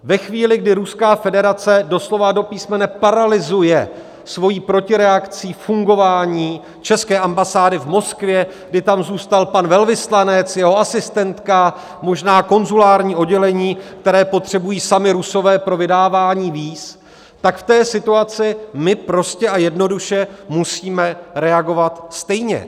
Ve chvíli, kdy Ruská federace doslova a do písmene paralyzuje svojí protireakcí fungování české ambasády v Moskvě, kdy tam zůstal pan velvyslanec, jeho asistentka, možná konzulární oddělení, které potřebují sami Rusové pro vydávání víz, tak v té situaci my prostě a jednoduše musíme reagovat stejně.